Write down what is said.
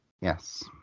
Yes